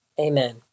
Amen